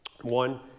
One